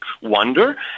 wonder